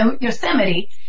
Yosemite